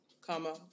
comma